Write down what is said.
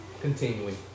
continuing